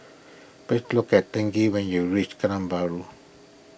please look at thing given you reach Geylang Bahru